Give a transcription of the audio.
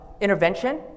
intervention